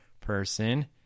person